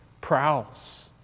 prowls